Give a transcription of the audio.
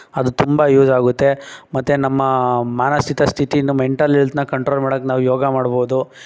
ಅದು ತುಂಬ ಯೂಸ್ ಆಗುತ್ತೆ ಮತ್ತು ನಮ್ಮ ಮಾನಸಿಕ ಸ್ಥಿತಿನೂ ಮೆಂಟಲ್ ಎಲ್ತನ್ನ ಕಂಟ್ರೋಲ್ ಮಾಡಕ್ಕೆ ನಾವು ಯೋಗ ಮಾಡ್ಬೋದು